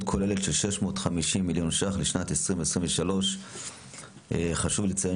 כוללת של 650 מיליון שקלים לשנת 2023. חשוב לציין